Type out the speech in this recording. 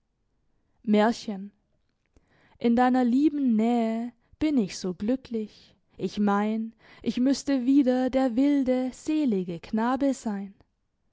märchen in deiner lieben nähe bin ich so glücklich ich mein ich müsste wieder der wilde selige knabe sein